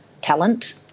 talent